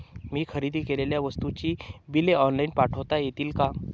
मी खरेदी केलेल्या वस्तूंची बिले ऑनलाइन पाठवता येतील का?